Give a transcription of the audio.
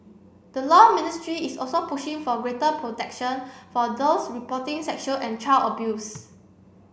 the law ministry is also pushing for greater protection for those reporting sexual and child abuse